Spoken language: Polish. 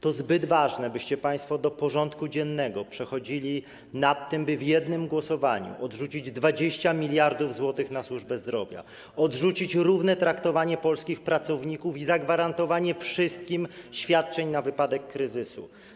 To zbyt ważne, byście państwo do porządku dziennego przechodzili nad tym, by w jednym głosowaniu odrzucić 20 mld zł na służbę zdrowia, odrzucić równe traktowanie polskich pracowników i zagwarantowanie wszystkim świadczeń na wypadek kryzysu.